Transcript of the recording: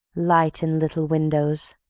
light in little windows,